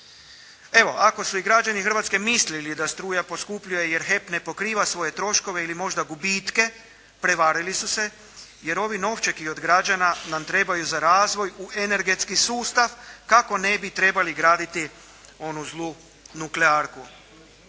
Evo, ako su i građani Hrvatske i mislili da struja poskupljuje jer HEP ne pokriva svoje troškove ili možda gubitke, prevarili su se, jer ovi novčeki od građana nam trebaju za razvoj u energetski sustav kako ne bi trebali graditi onu zlu nuklearku.